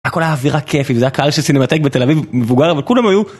הכל היה אווירה כיפית וזה היה קהל של סינמטק בתל אביב מבוגר אבל כולם היו